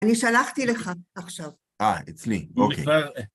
אני שלחתי לך עכשיו. אה, אצלי, אוקיי.